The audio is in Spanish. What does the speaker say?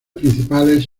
principales